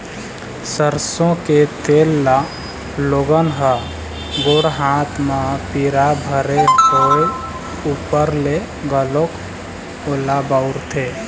सरसो के तेल ल लोगन ह गोड़ हाथ म पीरा भरे होय ऊपर ले घलोक ओला बउरथे